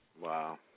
Wow